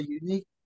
unique